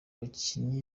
bakinnyi